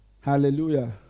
Hallelujah